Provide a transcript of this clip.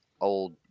old